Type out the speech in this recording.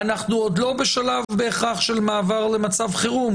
אנחנו עוד לא בהכרח בשלב של מעבר למצב חירום,